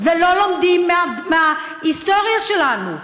ולא לומדים מההיסטוריה שלנו,